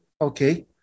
okay